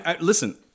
Listen